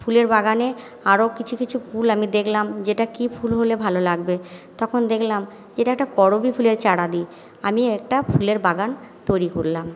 ফুলের বাগানে আরও কিছু কিছু ফুল আমি দেখলাম যে এটা কি ফুল হলে ভালো লাগবে তখন দেখলাম এটা একটা করবী ফুলের চারা দিই আমি একটা ফুলের বাগান তৈরি করলাম